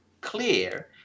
clear